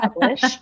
published